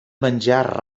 menjar